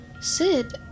Sid